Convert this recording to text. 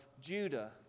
Judah